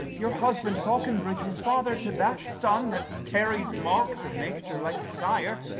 your husband falconbridge was father to that son, that carries marks of nature like the sire,